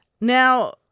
Now